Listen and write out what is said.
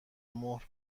مهر